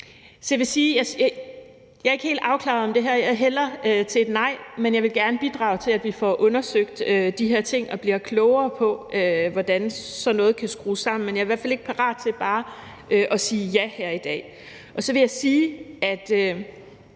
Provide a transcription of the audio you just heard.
jeg ikke er helt afklaret omkring det her. Jeg hælder til et nej, men jeg vil gerne bidrage til, at vi får undersøgt de her ting og bliver klogere på, hvordan sådan noget kan skrues sammen. Men jeg er i hvert fald ikke parat til bare at sige ja her i dag. Og så vil jeg sige, at